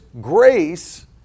grace